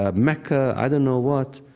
ah mecca, i don't know what,